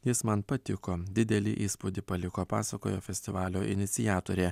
jis man patiko didelį įspūdį paliko pasakojo festivalio iniciatorė